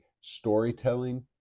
storytelling